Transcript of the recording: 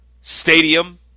Stadium